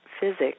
physics